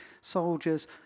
soldiers